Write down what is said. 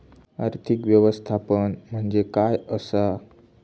आर्थिक व्यवस्थापन म्हणजे काय असा?